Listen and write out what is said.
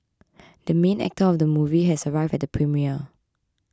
the main actor of the movie has arrived at the premiere